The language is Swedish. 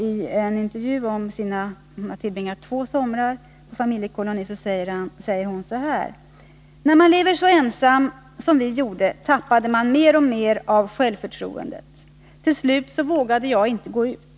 I en intervju om de två somrar som hon tillbringat på familjekoloni säger hon: ”När man lever så ensam som vi gjorde tappade man mer och mer av självförtroendet. Till slut vågade jag inte gå ut .